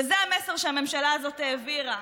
וזה המסר שהממשלה הזאת העבירה.